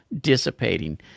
dissipating